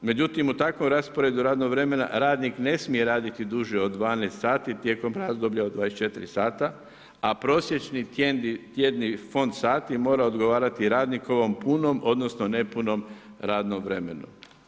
Međutim, u takvom rasporedu radnog vremena radnik ne smije raditi duže od 12 sati tijekom razdoblja od 24 sata, a prosječni tjedni fond sati mora odgovarati radnikovom punom odnosno nepunom radnom vremenu.